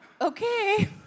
Okay